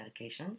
medications